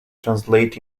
translated